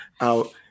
out